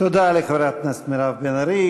תודה לחברת הכנסת מירב בן ארי.